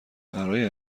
برای